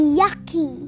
yucky